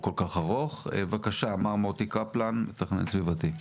בבקשה, מר מוטי קפלן, מתכנן סביבתי.